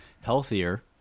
healthier